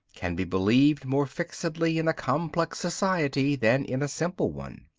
can be believed more fixedly in a complex society than in a simple one.